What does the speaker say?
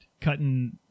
cutting